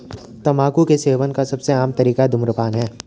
तम्बाकू के सेवन का सबसे आम तरीका धूम्रपान है